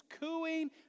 cooing